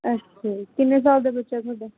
ਅੱਛਾ ਜੀ ਕਿੰਨੇ ਸਾਲ ਦਾ ਬੱਚਾ ਤੁਹਾਡਾ